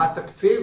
מה התקציב?